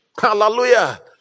Hallelujah